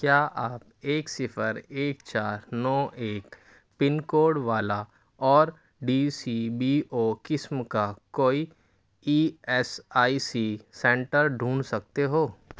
کیا آپ ایک صفر ایک چار نو ایک پن کوڈ والا اور ڈی سی بی او قسم کا کوئی E S I C centre ڈھونڈ سکتے ہو